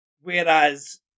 Whereas